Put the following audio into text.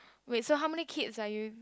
wait so how many kids are you